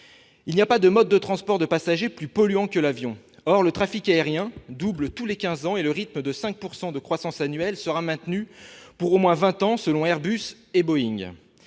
Il n'y a pas de mode de transport de passagers plus polluant que l'avion. Or le trafic aérien double tous les quinze ans, et le rythme de 5 % de croissance annuelle sera maintenu pour au moins vingt ans, selon Airbus et Boeing.